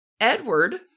Edward